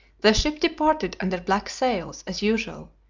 the ship departed under black sails, as usual,